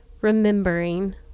remembering